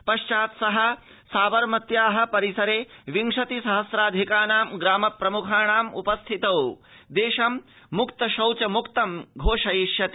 पश्चात् सः साबरमत्याः परिसरे विंशति सहस्राधिकानां ग्राम प्रमुखाणाम् उपस्थितौ देश मुक्त शौच मुक्त घोषयिष्यति